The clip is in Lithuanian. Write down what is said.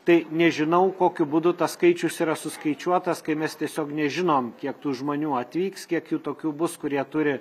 tai nežinau kokiu būdu tas skaičius yra suskaičiuotas kai mes tiesiog nežinom kiek tų žmonių atvyks kiek jų tokių bus kurie turi